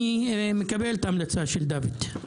אני מקבל את ההמלצה של דוד.